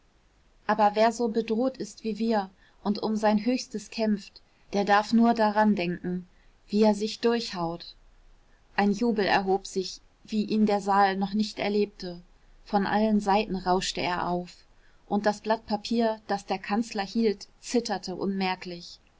aber wer so bedroht ist wie wir und um sein höchstes kämpft der darf nur daran denken wie er sich durchhaut ein jubel erhob sich wie ihn der saal noch nicht erlebte von allen seiten rauschte er auf und das blatt papier das der kanzler hielt zitterte unmerklich